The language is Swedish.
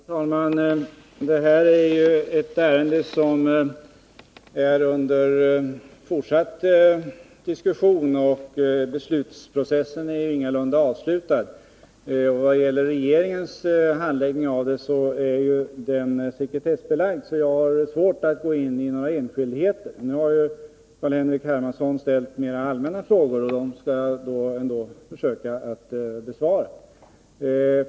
Herr talman! Det här är ju ett ärende som är under fortsatt diskussion; beslutsprocessen är ingalunda avslutad. Regeringens handläggning av det är sekretessbelagd, varför jag har svårt att gå in på några enskildheter. Nu har Carl-Henrik Hermansson ställt mer allmänna frågor, och dem skall jag ändå försöka att besvara.